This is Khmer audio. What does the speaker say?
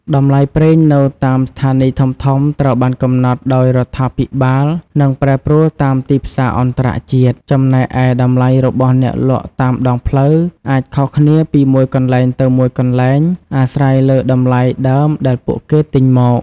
តម្លៃប្រេងនៅតាមស្ថានីយ៍ធំៗត្រូវបានកំណត់ដោយរដ្ឋាភិបាលនិងប្រែប្រួលតាមទីផ្សារអន្តរជាតិ ចំណែកឯតម្លៃរបស់អ្នកលក់តាមដងផ្លូវអាចខុសគ្នាពីមួយកន្លែងទៅមួយកន្លែង អាស្រ័យលើតម្លៃដើមដែលពួកគេទិញមក។